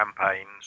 campaigns